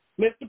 Mr